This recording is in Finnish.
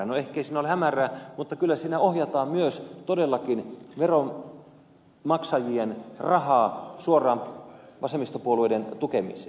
no ehkei siinä ole hämärää mutta kyllä siinä myös todellakin ohjataan veronmaksajien rahaa suoraan vasemmistopuolueiden tukemiseen